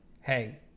Hey